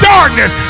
darkness